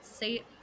say